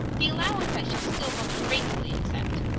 the allowance i shall still most gratefully accept.